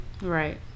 Right